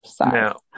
now